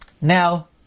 Now